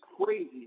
crazy